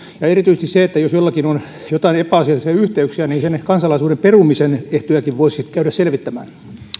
ja erityisesti jos jollakin on joitain epäasiallisia yhteyksiä niin kansalaisuuden perumisen ehtojakin voisi käydä selvittämään